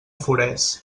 forès